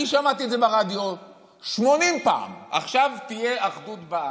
אני שמעתי את זה ברדיו 80 פעם: עכשיו תהיה אחדות בעם.